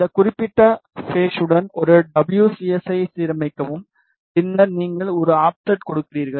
இந்த குறிப்பிட்ட பேஸுடன் ஒரு டபுள்யூ சி எஸ் ஐ சீரமைக்கவும் பின்னர் நீங்கள் ஒரு ஆஃப்செட் கொடுக்கிறீர்கள்